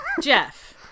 Jeff